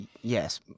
yes